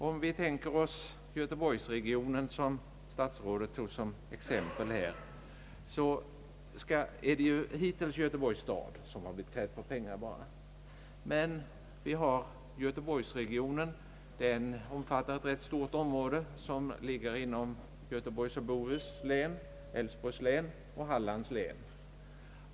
Om vi tänker oss göteborgsregionen, som statsrådet tog som exempel, så är det hittills bara Göteborgs stad som blivit krävd på pengar. Men göteborgsregionen omfattar ett rätt stort område som ligger inom Göteborgs och Bohus län, Älvsborgs län och Hallands län.